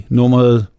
nummeret